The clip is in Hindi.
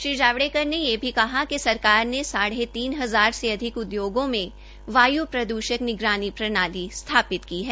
श्री जावड़ेकर ने यह भी कहा कि सरकार ने साढ़े तीन हजार से अधिक उद्योगों में वाय् प्रद्षण निगरानी प्रणली स्थापित की है